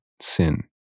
sin